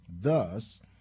Thus